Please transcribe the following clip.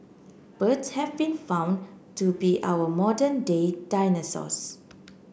birds have been found to be our modern day dinosaurs